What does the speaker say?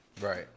Right